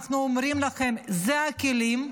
אנחנו אומרים לכם, זה הכלים,